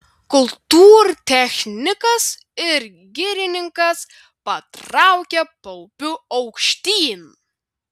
kultūrtechnikas ir girininkas patraukė paupiu aukštyn